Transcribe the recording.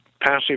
passive